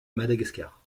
madagascar